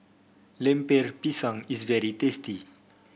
Lemper Pisang is very tasty